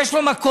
יש לו מכולת,